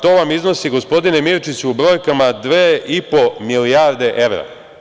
To vam iznosi, gospodine Mirčiću, u brojkama dve i po milijarde evra.